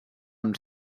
amb